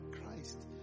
Christ